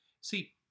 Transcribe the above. See